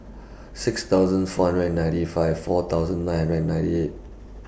six thousand four hundred and ninety five four thousand nine hundred and ninety eight